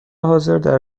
حاضردر